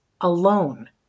alone